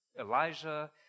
Elijah